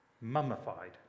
mummified